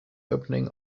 opening